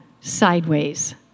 sideways